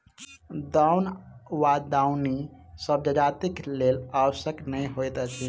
दौन वा दौनी सभ जजातिक लेल आवश्यक नै होइत अछि